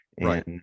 right